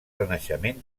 renaixement